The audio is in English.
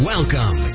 Welcome